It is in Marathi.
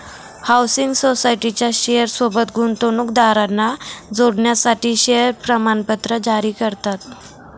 हाउसिंग सोसायटीच्या शेयर सोबत गुंतवणूकदारांना जोडण्यासाठी शेअर प्रमाणपत्र जारी करतात